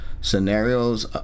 scenarios